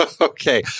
Okay